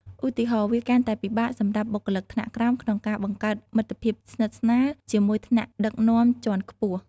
ឧទាហរណ៍ វាកាន់តែពិបាកសម្រាប់បុគ្គលិកថ្នាក់ក្រោមក្នុងការបង្កើតមិត្តភាពជិតស្និទ្ធជាមួយថ្នាក់ដឹកនាំជាន់ខ្ពស់។